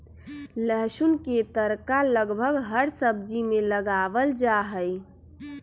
लहसुन के तड़का लगभग हर सब्जी में लगावल जाहई